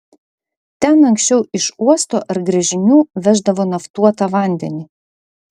ten anksčiau iš uosto ar gręžinių veždavo naftuotą vandenį